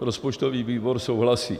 Rozpočtový výbor souhlasí.